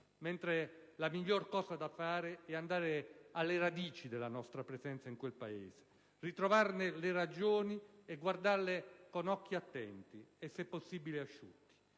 Mentre la miglior cosa da fare è andare alle radici della nostra presenza in quel Paese, ritrovarne le ragioni e guardarle con occhi attenti, e se possibile, asciutti.